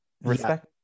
respect